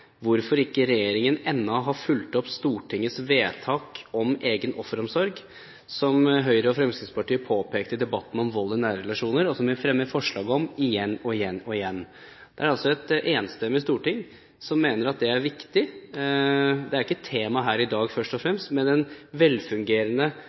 hvorfor ikke regjeringen ennå har fulgt opp Stortingets vedtak om egen offeromsorg, som Høyre og Fremskrittspartiet påpekte i debatten om vold i nære relasjoner, og som vi fremmer forslag om igjen og igjen og igjen. Det er et enstemmig storting som mener at det er viktig. Det er ikke et tema her i dag, først og